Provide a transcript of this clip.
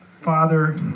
Father